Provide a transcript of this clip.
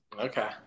Okay